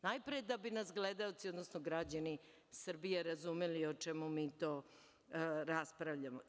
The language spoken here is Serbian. Najpre da bi nas gledaoci, odnosno građani Srbije razumeli o čemu mi to raspravljamo.